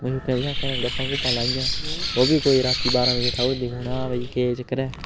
मशूकै मशाकै कन्नै गप्पां गुप्पां लाइयां ओह् बी कोई रातीं बारां बजे उठाई ओड़दी फोन हां भई केह् चक्कर ऐ